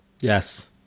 Yes